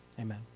Amen